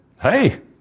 hey